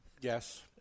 Yes